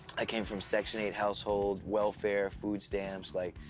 i came from section eight household, welfare, food stamps, like,